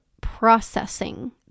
processing